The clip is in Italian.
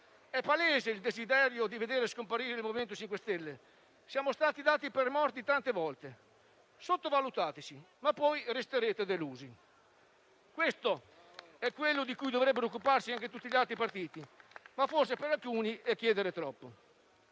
È palese il desiderio di vedere scomparire il MoVimento 5 Stelle. Siamo stati dati per morti tante volte. Sottovalutateci, ma poi resterete delusi. Questo è quello di cui dovrebbero occuparsi anche tutti gli altri partiti. Ma forse per alcuni è chiedere troppo.